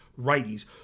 righties